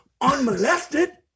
unmolested